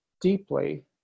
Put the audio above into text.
deeply